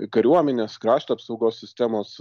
kariuomenės krašto apsaugos sistemos